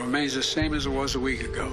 הודעה למזכיר הכנסת.